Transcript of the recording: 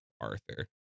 Arthur